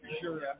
Sure